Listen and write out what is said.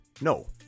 No